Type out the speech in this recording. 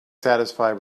satisfied